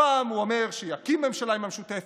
פעם הוא אומר שיקים ממשלה עם המשותפת,